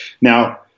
Now